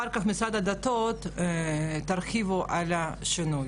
אחר כך משרד הדתות ירחיבו על השינוי.